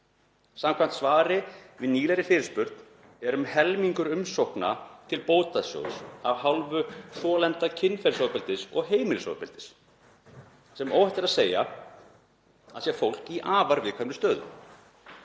Samkvæmt svari við nýlegri fyrirspurn er um helmingur umsókna til bótasjóðs af hálfu þolenda kynferðisofbeldis og heimilisofbeldis, sem óhætt er að segja að sé fólk í afar viðkvæmri stöðu.